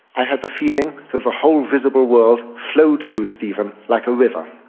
i had the feeling that the whole visible world flowed through stephen like a river,